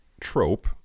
trope